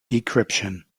decryption